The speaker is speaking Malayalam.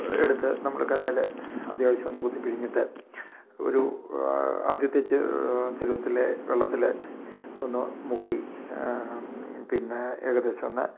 എടുത്തു നമ്മൾ കല്ലിൽ അത്യാവശ്യം ഒന്ന് കുത്തി പിഴിഞ്ഞിട്ട് ഒരു ആദ്യത്തെ ചരുവത്തിൽ വെള്ളത്തിൽ ഒന്ന് മുക്കി പിന്നെ ഏകദേശം ഒന്ന്